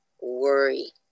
worry